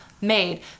made